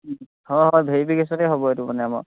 হয় হয় ভেৰিফিকেশ্যনেই হ'ব এইটো মানে আমাৰ